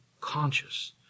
conscious